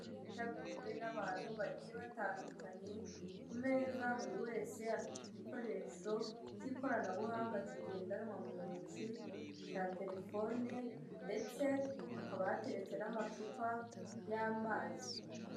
Inama yitabiriwe n'abantu bagiye batandukanye ku meza buri wese afite igikoresho cy'ikoranabuhanga kigendanwa mu ntoki cya telefone ndetse hakaba hateretse n'amacupa y'amazi.